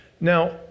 Now